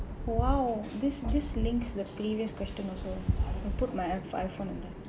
!wow! this this links the previous question also I'll put my iphone